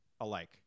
Alike